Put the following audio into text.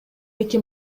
эки